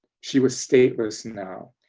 she was stateless now.